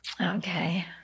Okay